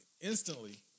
Instantly